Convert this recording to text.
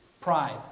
pride